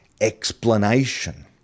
explanation